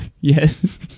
Yes